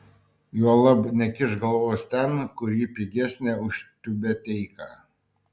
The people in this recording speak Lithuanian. juolab nekišk galvos ten kur ji pigesnė už tiubeteiką